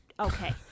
Okay